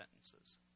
sentences